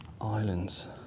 islands